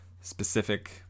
specific